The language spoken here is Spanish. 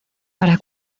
para